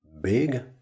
big